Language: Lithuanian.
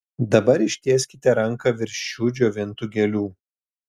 dabar ištieskite ranką virš šių džiovintų gėlių